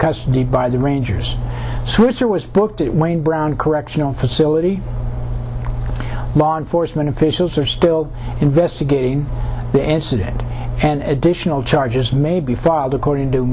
custody by the rangers switzer was booked it wayne brown correctional facility law enforcement officials are still investigating the incident and additional charges may be filed according to